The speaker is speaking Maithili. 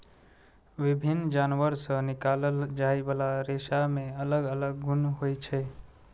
विभिन्न जानवर सं निकालल जाइ बला रेशा मे अलग अलग गुण होइ छै